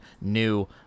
new